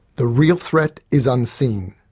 the real threat is unseen,